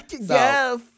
Yes